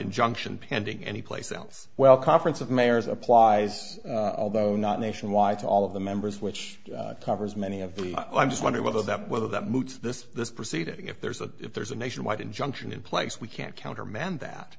injunction pending any place else well conference of mayors applies although not nationwide to all of the members which covers many of the i'm just wondering whether that whether that moot this this proceeding if there's a if there's a nationwide injunction in place we can't countermand that